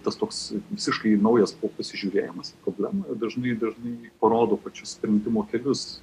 tas toks visiškai naujas pasižiūrėjimas į problemą dažnai dažnai parodo pačius sprendimo kelius